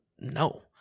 no